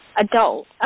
adult